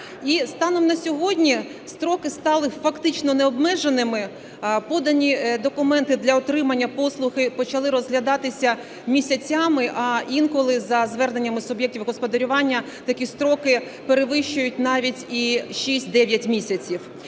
станом на сьогодні строки стали фактично необмеженими. Подані документи для отримання послуг почали розглядатися місяцями, а інколи за зверненнями суб'єктів господарювання такі строки перевищують навіть і 6-9 місяців.